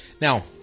Now